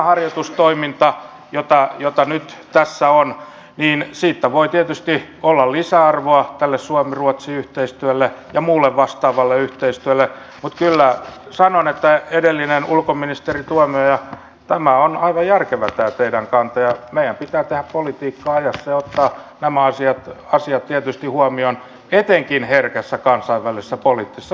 myös tästä harjoitustoiminnasta jota nyt tässä on voi tietysti olla lisäarvoa tälle suomiruotsi yhteistyölle ja muulle vastaavalle yhteistyölle mutta kyllä sanon edellinen ulkoministeri tuomioja että tämä teidän kantanne on aivan järkevä ja meidän pitää tehdä politiikkaa ajassa ja ottaa nämä asiat tietysti huomioon etenkin herkässä kansainvälisessä poliittisessa tilanteessa